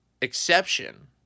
exception